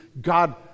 God